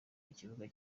ikibuga